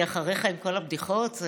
אחריך עם כל הבדיחות,